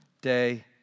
day